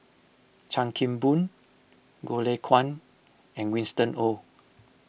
Chan Kim Boon Goh Lay Kuan and Winston Oh